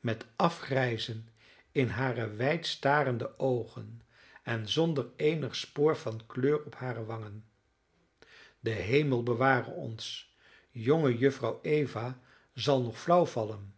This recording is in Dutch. met afgrijzen in hare wijd starende oogen en zonder eenig spoor van kleur op hare wangen de hemel bewaar ons jongejuffrouw eva zal nog flauw vallen